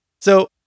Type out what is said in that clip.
So-